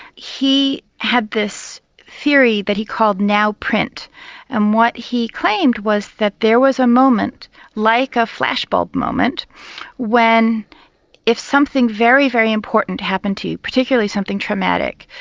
he had this theory that he called now print and what he claimed was that there was a moment like a flashbulb moment when if something very, very important happened to you, particularly something traumatic,